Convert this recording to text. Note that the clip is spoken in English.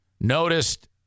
noticed